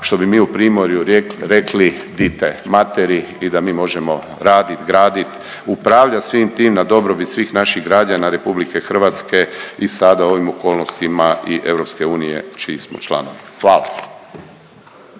što bi mi u Primorju rekli dite materi i da mi možemo radit, gradit, upravljat svim tim na dobrobit svih naših građana RH i sada u ovim okolnostima i EU čiji smo članovi. Hvala.